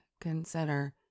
consider